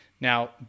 Now